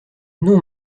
non